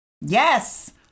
Yes